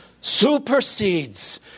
supersedes